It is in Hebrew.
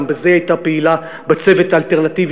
גם בזה היא הייתה פעילה בצוות האלטרנטיבי,